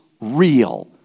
real